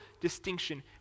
distinction